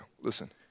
Listen